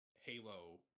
Halo